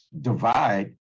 divide